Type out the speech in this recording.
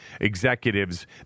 executives